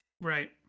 Right